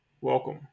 welcome